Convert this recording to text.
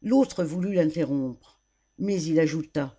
l'autre voulut l'interrompre mais il ajouta